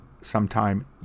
sometime